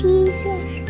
Jesus